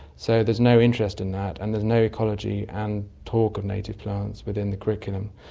so there's no interest in that and there's no ecology and talk of native plants within the curriculum.